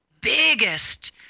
biggest